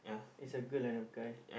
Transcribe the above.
is a girl and a guy